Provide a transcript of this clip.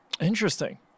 Interesting